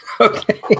Okay